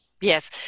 yes